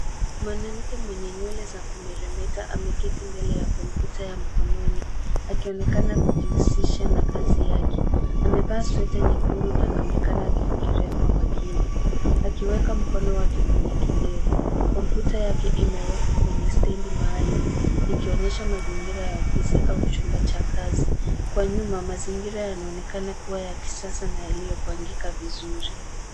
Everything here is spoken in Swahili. Mwanamke mwenye nywele za kumeremeta ameketi mbele ya kompyuta ya mkononi akionekana kujihusisha na kazi yake. Amevaa sweta nyekundu na anaonekana akifikiria kwa makini, akiweka mkono wake kwenye kidevu. Kompyuta yake imewekwa kwenye stendi maalum ikionyesha mazingira ya ofisi au chumba cha kazi. Kwa nyuma mazingira yanaonekana kuwa ya kisasa na yaliyo pangika vizuri.